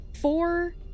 four